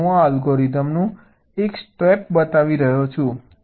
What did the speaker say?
તેથી હું આ અલ્ગોરિધમનું એક સ્ટેપ બતાવી રહ્યો છું